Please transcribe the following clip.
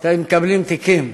אתם מקבלים תיקים,